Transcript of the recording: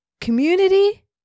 community